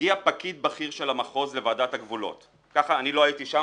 מגיע פקיד בכיר של המחוז לוועדת הגבולות -אני לא הייתי שם,